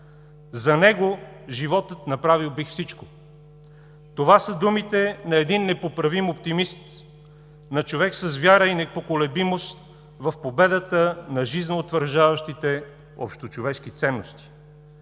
„За него, живота, направил бих всичко“ – това са думите на един непоправим оптимист, на човек с вяра и непоколебимост в победата на жизнеутвърждаващите общочовешки ценности.